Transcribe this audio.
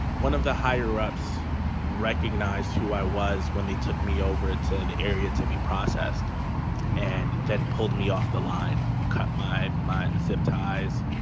one of the higher ups recognized who i was when they took me over to the area to be processed and then pulled me off the line, cut my my zip ties,